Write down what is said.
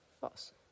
False